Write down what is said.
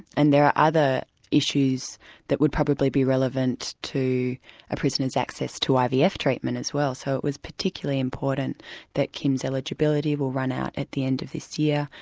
and there are other issues that would probably be relevant to a prisoner's access to ivf treatment as well. so it was particularly important that kim's eligibility will run out at the end of this year,